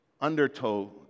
undertow